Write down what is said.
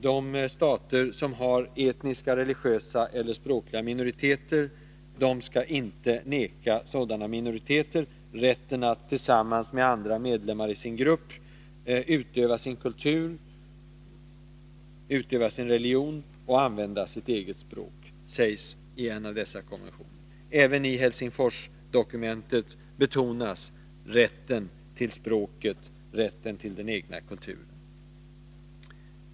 De stater som har etniska, religiösa eller språkliga minoriteter skall inte vägra någon som tillhör en sådan minoritet rätten att tillsammans med andra medlemmar i gruppen utöva sin kultur, utöva sin religion och använda sitt eget språk, sägs det i en av dessa konventioner. Även i Helsingforsdokumentet betonas rätten till språket och till den egna kulturen.